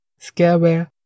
scareware